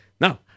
now